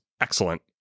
excellent